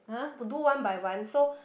do one by one so